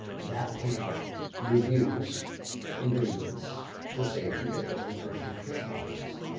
that panel reviews ingredients for safety that go into personal care products.